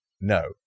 No